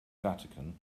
vatican